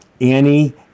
Annie